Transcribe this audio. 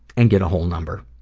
and get a whole number.